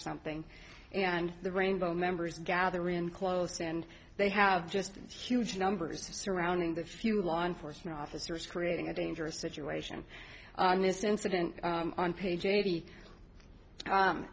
something and the rainbow members gather in close and they have just huge numbers of surrounding the few law enforcement officers creating a dangerous situation in this incident on page eighty